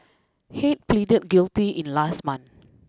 head pleaded guilty in last month